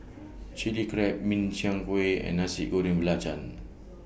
Chilli Crab Min Chiang Kueh and Nasi Goreng Belacan